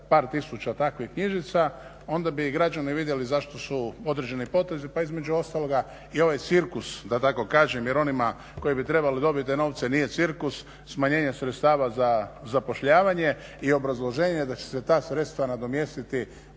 par tisuća takvih knjižica onda bi i građani vidjeli zašto su određeni potezi pa između ostaloga i ovaj cirkus da tako kažem jer onima koji bi trebali dobiti te novce nije cirkus, smanjenje sredstava za zapošljavanje i obrazloženje da će se ta sredstva nadomjestiti